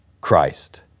Christ